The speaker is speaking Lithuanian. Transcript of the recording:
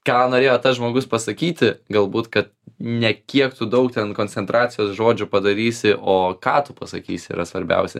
ką norėjo tas žmogus pasakyti galbūt kad ne kiek daug ten koncentracijos žodžių padarysi o ką tu pasakysi yra svarbiausia